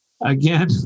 again